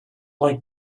like